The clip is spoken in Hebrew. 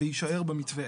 ויישאר במתווה.